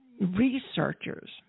researchers